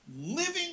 living